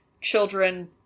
children